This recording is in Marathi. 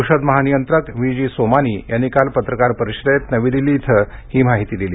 औषध महानियंत्रक वी जी सोमानी यांनी काल पत्रकार परिषदेत नवी दिल्ली इथं ही माहिती दिली